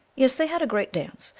yes, they had a great dance.